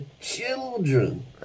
children